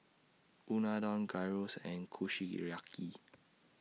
Unadon Gyros and Kushiyaki